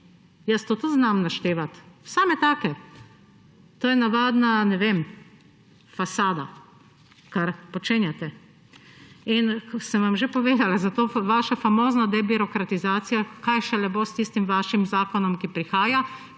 Jaz to tudi znam naštevati. To je navadna, ne vem, fasada, kar počenjate. Kot sem vam že povedala za to vašo famozno debirokratizacijo, kaj šele bo s tistim vašim zakonom, ki prihaja,